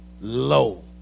Low